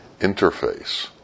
interface